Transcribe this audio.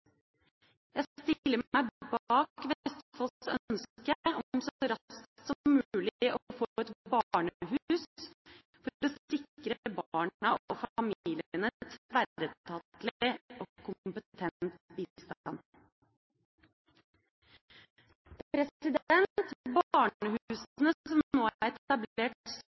Jeg stiller meg bak Vestfolds ønske om så raskt som mulig å få et barnehus for å sikre barna og familiene tverretatlig og kompetent bistand. Barnehusene som nå er